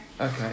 Okay